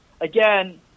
again